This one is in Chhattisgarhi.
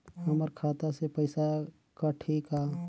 हमर खाता से पइसा कठी का?